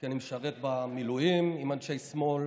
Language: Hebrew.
כי אני משרת במילואים עם אנשי שמאל,